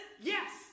yes